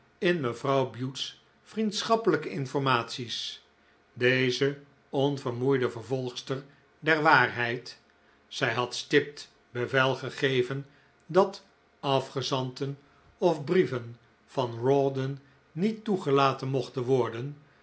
in mevrouw bute's vriendschappelijke informaties deze onvermoeide vervolgster der waarheid zij had stipt bevel gegeven dat afgezanten of brieven van rawdon niet toegelaten mochten worden